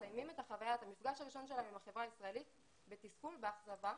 מסיימת את המפגש הראשון שלהם עם החברה הישראלית בתסכול ואכזבה,